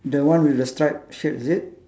the one with the striped shirt is it